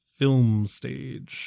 FilmStage